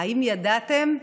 האם ידעתם?